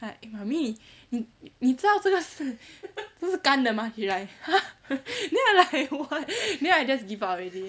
like mummy 你你知道这个是不是干的吗 she like !huh! then I like what then I just give up already